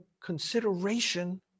consideration